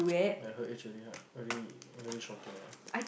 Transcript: I heard it really hurt very very shocking lah